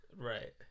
Right